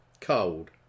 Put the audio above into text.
cold